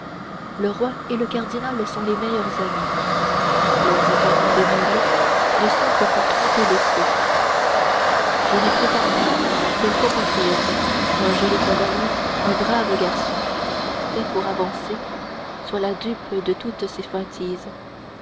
le roi et le cardinal sont les meilleurs amis leurs apparents démêlés ne sont que pour tromper les sots je ne prétends pas qu'un compatriote un joli cavalier un brave garçon fait pour avancer soit la dupe de toutes ces feintises